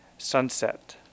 sunset